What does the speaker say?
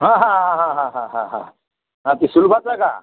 हां हां हां हां हां हां हां ते सुलभाचं का